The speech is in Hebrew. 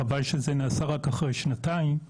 חבל שזה נעשה רק אחרי שנתיים,